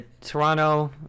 Toronto